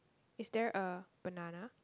is there a banana